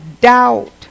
doubt